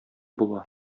була